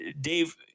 Dave